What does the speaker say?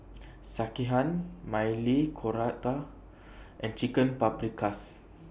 Sekihan Maili Kofta and Chicken Paprikas